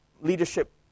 leadership